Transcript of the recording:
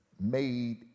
made